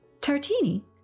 Tartini